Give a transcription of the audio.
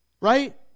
Right